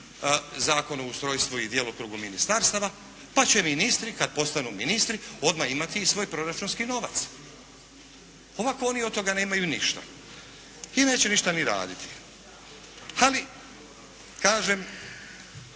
Zakon o ustrojstvu i djelokrugu ministarstava pa će ministri kad postanu ministri odmah imati i svoj proračunski novac. Ovako oni od toga nemaju ništa i neće ništa ni raditi. Ali kažem,